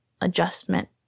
adjustment